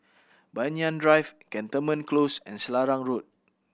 Banyan Drive Cantonment Close and Selarang Road